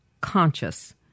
conscious